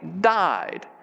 died